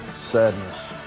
Sadness